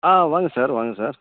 ஆ வாங்க சார் வாங்க சார்